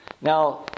Now